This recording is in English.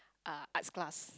uh arts class